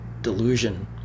delusion